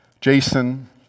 Jason